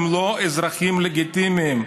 הם לא אזרחים לגיטימיים.